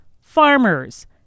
Farmers